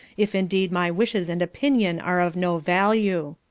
if indeed my wishes and opinion are of no value.